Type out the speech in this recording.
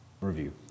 review